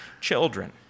children